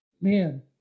man